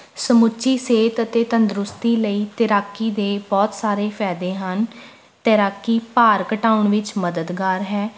ਸਮੁੱਚੀ ਸਿਹਤ ਅਤੇ ਤੰਦਰੁਸਤੀ ਲਈ ਤੈਰਾਕੀ ਦੇ ਬਹੁਤ ਸਾਰੇ ਫਾਇਦੇ ਹਨ ਤੈਰਾਕੀ ਭਾਰ ਘਟਾਉਣ ਵਿਚ ਮਦਦਗਾਰ ਹੈ